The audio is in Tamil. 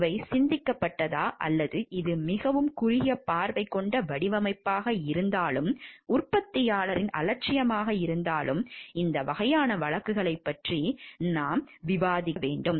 இவை சிந்திக்கப்பட்டதா அல்லது இது மிகவும் குறுகிய பார்வை கொண்ட வடிவமைப்பாக இருந்தாலும் உற்பத்தியாளரின் அலட்சியமாக இருந்தாலும் இந்த வகையான வழக்குகளைப் பற்றி நாம் விவாதிக்கும் போது இவை கவனிக்கப்பட வேண்டும்